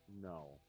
No